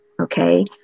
okay